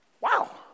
wow